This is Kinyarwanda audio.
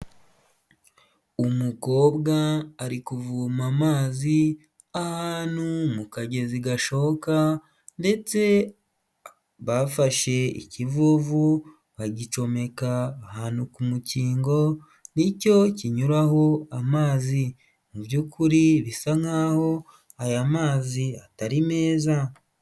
Umukobwa ari kuvoma amazi ahantu mu kagezi gashoka ndetse bafashe ikivuvu bagicomeka ahantu ku mukingo ni cyo kinyuraho amazi mu by'ukuri bisa nkaho aya mazi atari meza.